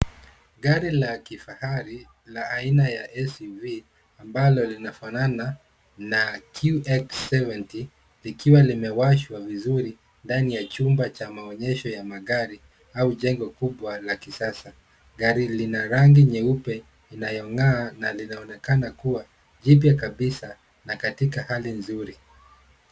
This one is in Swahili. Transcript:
Gari la kifahari la aina ya suv, ambalo linafanana na QX70, likiwa limewashwa vizuri ndani ya chumba cha maonyesho ya magari, au jengo kubwa la kisasa. Gari lina rangi nyeupe inayong'aa na linaonekana kuwa jipya kabisa na katika hali nzuri.